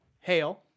HAIL